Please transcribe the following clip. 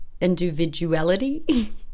Individuality